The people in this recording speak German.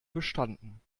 bestanden